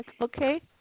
Okay